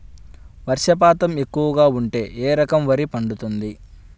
వర్షపాతం ఎక్కువగా ఉంటే ఏ రకం వరి పండుతుంది?